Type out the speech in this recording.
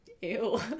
Ew